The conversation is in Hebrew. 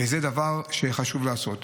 זה דבר שחשוב לעשות.